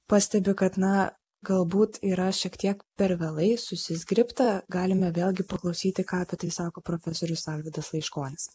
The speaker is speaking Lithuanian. pastebi kad na galbūt yra šiek tiek per vėlai susizgribta galime vėlgi paklausyti ką apie tai sako profesorius alvydas laiškonis